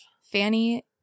Fanny